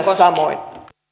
samoin